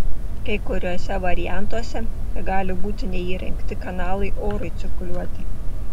kai kuriuose variantuose gali būti neįrengti kanalai orui cirkuliuoti